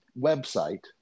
website